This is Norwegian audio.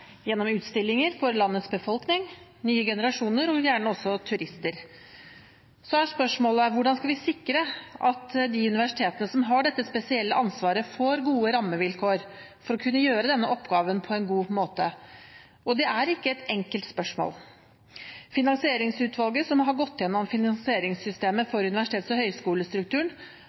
gjennom utstillinger for landets befolkning, nye generasjoner og gjerne også turister. Så er spørsmålet: Hvordan skal vi sikre at universitetene som har dette spesielle ansvaret, får gode rammevilkår for å kunne gjøre denne oppgaven på en god måte? Det er ikke et enkelt spørsmål. Finansieringsutvalget, som har gått gjennom finansieringssystemet